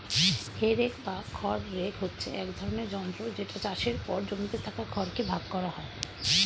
হে rake বা খড় rake হচ্ছে এক ধরণের যন্ত্র যেটা চাষের পর জমিতে থাকা খড় কে ভাগ করা হয়